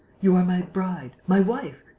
you are my bride. my wife.